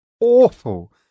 awful